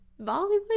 Bollywood